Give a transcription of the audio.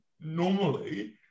normally